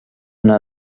una